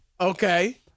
Okay